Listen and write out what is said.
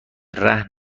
رهن